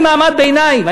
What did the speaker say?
אני מעמד ביניים,